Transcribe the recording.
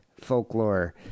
folklore